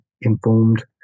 informed